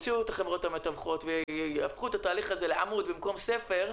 שיוציאו את החברות המתווכות ויהפכו את התהליך הזה לעמוד במקום ספר,